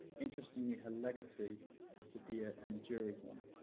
interestingly, her legacy was to be ah an enduring one.